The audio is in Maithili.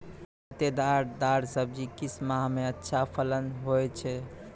लतेदार दार सब्जी किस माह मे अच्छा फलन होय छै?